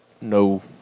no